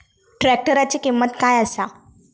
ट्रॅक्टराची किंमत काय आसा?